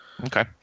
okay